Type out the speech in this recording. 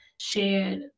shared